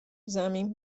زمین